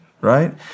right